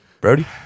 Brody